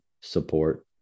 support